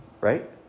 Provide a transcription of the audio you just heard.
Right